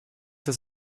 das